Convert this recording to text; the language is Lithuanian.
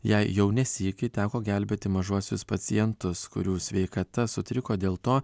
jai jau ne sykį teko gelbėti mažuosius pacientus kurių sveikata sutriko dėl to